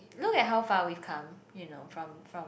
look at how far we come you know from from